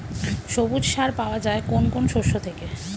সবুজ সার পাওয়া যায় কোন কোন শস্য থেকে?